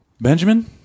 Benjamin